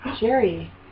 Jerry